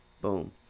Boom